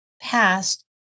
past